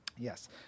Yes